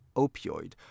opioid